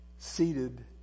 seated